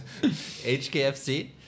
HKFC